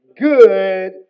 good